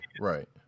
Right